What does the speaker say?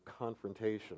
confrontational